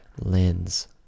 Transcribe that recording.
lens